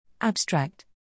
Abstract